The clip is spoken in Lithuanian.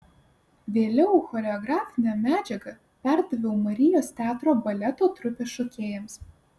vėliau choreografinę medžiagą perdaviau marijos teatro baleto trupės šokėjams